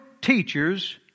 teachers